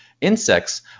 Insects